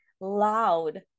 loud